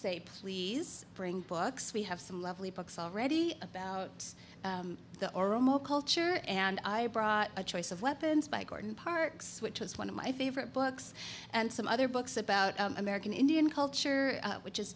say please bring books we have some lovely books already about the oromo culture and i brought a choice of weapons by gordon parks which is one of my favorite books and some other books about american indian culture which is